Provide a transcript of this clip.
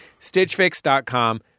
Stitchfix.com